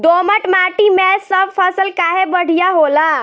दोमट माटी मै सब फसल काहे बढ़िया होला?